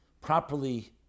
properly